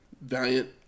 Valiant